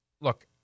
look